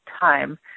time